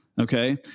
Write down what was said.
Okay